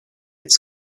its